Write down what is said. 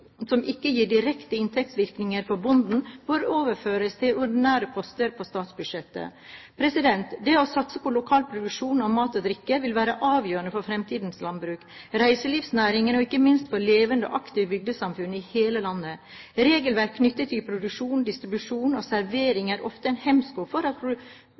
som ikke gir direkte inntektsvirkning for bonden, bør overføres til ordinære poster på statsbudsjettet. Det å satse på lokal produksjon av mat og drikke vil være avgjørende for fremtidens landbruk, reiselivsnæring og ikke minst for levende og aktive bygdesamfunn i hele landet. Regelverk knyttet til produksjon, distribusjon og servering er ofte en hemsko for at